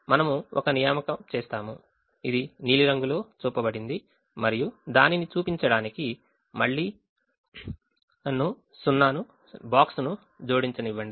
మనము ఒక నియామక చేస్తాము ఇది నీలం రంగులో చూపబడింది మరియు దానిని చూపించడానికి మళ్ళీ నన్ను boxను జోడించనివ్వండి